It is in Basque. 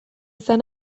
izan